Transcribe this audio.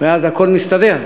ואז הכול מסתדר.